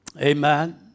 Amen